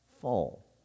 fall